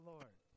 Lord